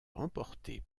remporté